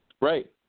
Right